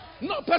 No